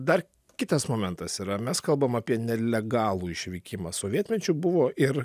dar kitas momentas yra mes kalbam apie nelegalų išvykimą sovietmečiu buvo ir